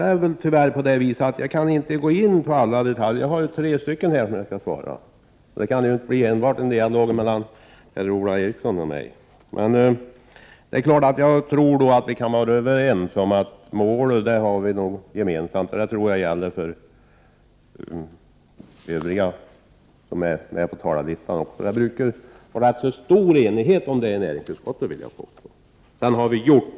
Fru talman! Tyvärr kan jag inte gå in på alla detaljer, eftersom jag skall besvara frågor från tre debattörer. Det kan ju inte bli en dialog mellan bara mig och Per-Ola Eriksson. Vi kan nog vara överens om att vi har samma målsättning. Det tror jag gäller även våra övriga meddebattörer. Det brukar vara ganska stor enighet om det i näringsutskottet.